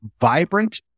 vibrant